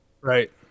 Right